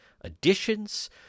additions